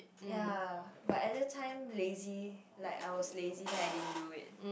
ya but at that time lazy like I was lazy then I didn't do it